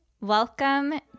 Welcome